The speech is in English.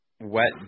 wet